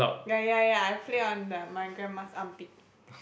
ya ya ya I play on the my grandma's armpit